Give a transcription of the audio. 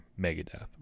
Megadeth